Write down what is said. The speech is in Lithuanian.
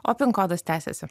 o pin kodas tęsiasi